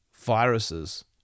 viruses